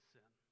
sin